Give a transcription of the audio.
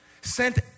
sent